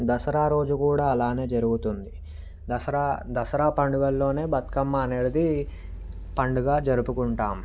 దసరా రోజు కూడా అలానే జరుగుతుంది దసరా దసరా పండుగల్లోనే బతుకమ్మ అనేటిది పండుగ జరుపుకుంటాం